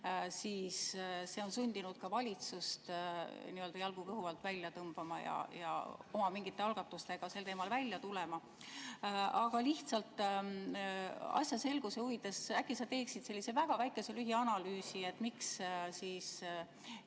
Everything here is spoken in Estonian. on see on sundinud valitsust jalgu kõhu alt välja tõmbama ja mingite oma algatustega sel teemal välja tulema. Aga lihtsalt asja selguse huvides, äkki sa teeksid sellise väga väikese lühianalüüsi, miks